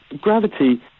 gravity